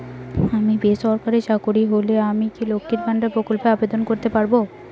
আমি বেসরকারি চাকরিরত হলে আমি কি লক্ষীর ভান্ডার প্রকল্পে আবেদন করতে পারব?